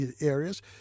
areas